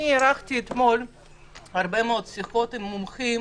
אני ערכתי אתמול הרבה מאוד שיחות עם מומחים,